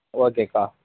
ஓகேக்கா